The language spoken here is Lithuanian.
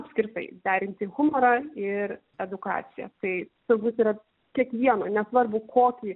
apskritai derinti humorą ir edukaciją tai turbūt yra kiekvieno nesvarbu kokį